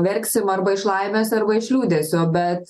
verksim arba iš laimės arba iš liūdesio bet